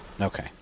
Okay